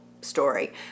story